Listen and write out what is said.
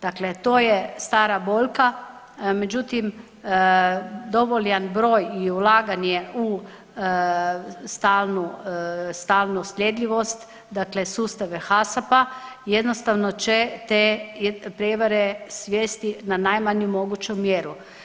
Dakle, to je stara boljka, međutim dovoljan broj i ulaganje u stalnu sljedivost, dakle sustava HACCP-a jednostavno će te prijevare svesti na najmanju moguću mjeru.